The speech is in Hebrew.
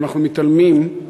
ואנחנו מתעלמים,